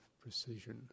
precision